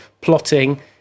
plotting